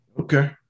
Okay